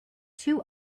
two